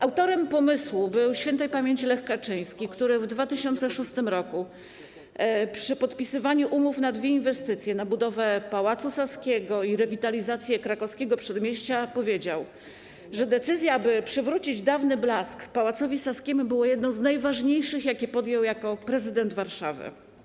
Autorem pomysłu był śp. Lech Kaczyński, który w 2006 r. przy podpisywaniu umów na dwie inwestycje, na budowę Pałacu Saskiego i rewitalizację Krakowskiego Przedmieścia, powiedział, że decyzja, aby przywrócić dawny blask Pałacowi Saskiemu, była jedną z najważniejszych, jakie podjął jako prezydent Warszawy.